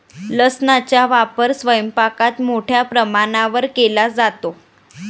लसणाचा वापर स्वयंपाकात मोठ्या प्रमाणावर केला जातो